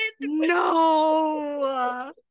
No